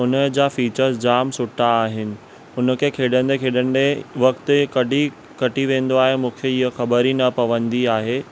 हुन जा फिचर्स जामु सुठा आहिनि हुन खे खेॾंदे खेॾंदे वक़्ति ऐं कॾहिं कटी वेंदो आहे मूंखे इहो ख़बर ई न पवंदी आहे